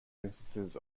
instances